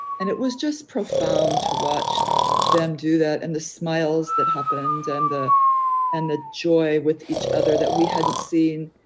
and it was just profound to watch them do that and the smiles that happened and and the and the joy with each other that we hadn't seen.